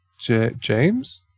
James